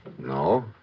No